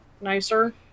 nicer